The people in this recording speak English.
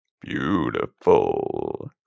Beautiful